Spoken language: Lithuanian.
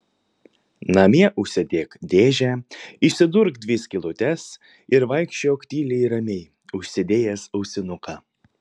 namie užsidėk dėžę išsidurk dvi skylutes ir vaikščiok tyliai ramiai užsidėjęs ausinuką